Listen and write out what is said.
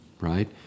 right